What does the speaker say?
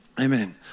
Amen